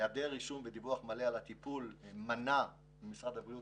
היעדר רישום ודיווח מלאים על הטיפול מנע ממשרד הבריאות